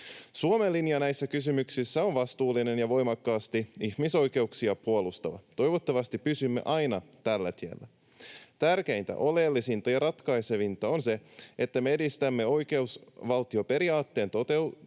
Suomen linja näissä kysymyksissä on vastuullinen ja voimakkaasti ihmisoikeuksia puolustava. Toivottavasti pysymme aina tällä tiellä. Tärkeintä, oleellisinta ja ratkaisevinta on se, että me edistämme oikeusvaltioperiaatteen toteutumista